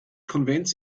konvents